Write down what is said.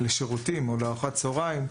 לשירותים או לארוחת צהריים,